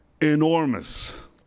enormous